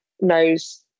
knows